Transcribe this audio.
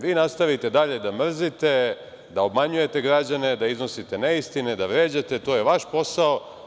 Vi nastavite dalje da mrzite, da obmanjujete građane, da iznosite neistine, da vređate, to je vaš posao.